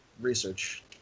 research